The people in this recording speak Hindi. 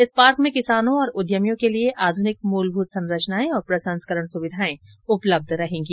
इस पार्क में किसानों और उद्यमियों के लिए आधुनिक मूलभूत संरचनाएं और प्रसंस्करण सुविधाएं उपलब्ध रहेंगी